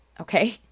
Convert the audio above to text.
Okay